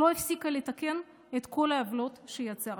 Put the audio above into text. לא הפסיקה לתקן את כל העוולות שיצרתם.